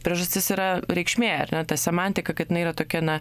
priežastis yra reikšmė ar ne ta semantika kad jinai yra tokia na